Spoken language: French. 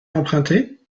emprunter